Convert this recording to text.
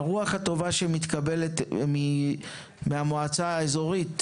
הרוח הטובה שמתקבלת מהמועצה האזורית